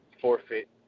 forfeit